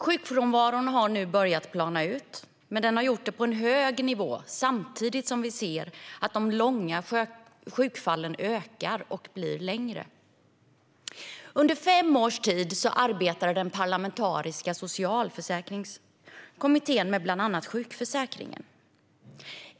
Sjukfrånvaron har nu börjat plana ut, men den har gjort det på en hög nivå samtidigt som vi ser att de långa sjukfallen ökar och blir längre. Under fem års tid arbetade den parlamentariska socialförsäkringsutredningen med bland annat sjukförsäkringen.